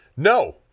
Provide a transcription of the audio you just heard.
No